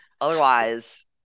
Otherwise